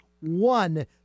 one